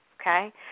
okay